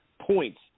points